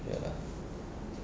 ya lah